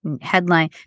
headline